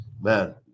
man